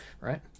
right